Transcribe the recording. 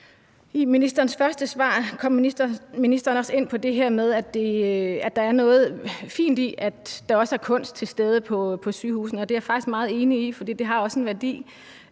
I ministerens første svar kom ministeren også ind på det her med, at der er noget fint i, at der også er kunst til stede på sygehusene. Det er jeg faktisk meget enig i, for det har også en værdi.